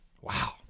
Wow